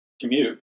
commute